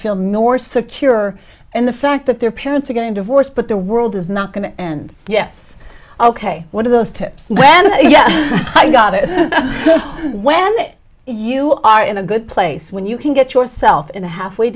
feel nor secure in the fact that their parents are getting divorced but the world is not going to end yes ok one of those tips when i got it when it you are in a good place when you can get yourself in a halfway